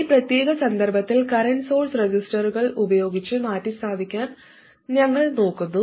ഈ പ്രത്യേക സന്ദർഭത്തിൽ കറന്റ് സോഴ്സ് റെസിസ്റ്ററുകൾ ഉപയോഗിച്ച് മാറ്റിസ്ഥാപിക്കാൻ ഞങ്ങൾ നോക്കുന്നു